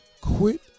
quit